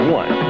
one